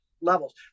levels